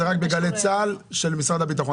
זה רק בגלי צה"ל של משרד הביטחון?